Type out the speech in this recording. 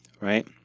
right